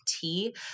tea